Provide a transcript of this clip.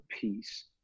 peace